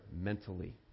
mentally